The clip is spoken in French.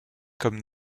comme